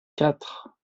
quatre